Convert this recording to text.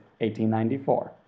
1894